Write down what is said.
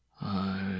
I